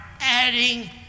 adding